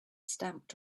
stamped